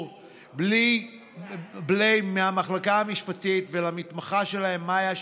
בליי מהמחלקה המשפטית ולמתמחה שלהם מאיה,